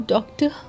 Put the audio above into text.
Doctor